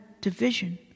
division